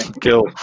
Kill